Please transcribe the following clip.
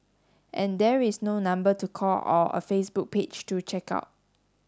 and there is no number to call or a Facebook page to check out